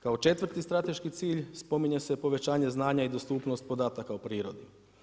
Kao četvrti strateški cilj spominje se povećanje znanja i dostupnost podataka o prirodi.